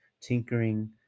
tinkering